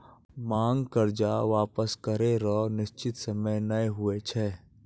मांग कर्जा वापस करै रो निसचीत सयम नै हुवै छै